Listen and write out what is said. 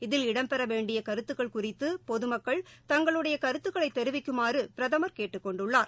இதில் இடம்பெற வேண்டிய கருத்துக்கள் குறித்து பொதுமக்கள் தங்களுடைய கருத்துக்களை தெரிவிக்குமாறு பிரதமர் கேட்டுக்கொண்டுள்ளார்